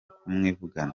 kumwivugana